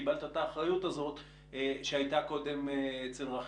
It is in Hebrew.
קיבלת את האחריות הזאת שהייתה קודם אצל רח"ל.